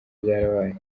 byarabaye